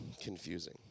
confusing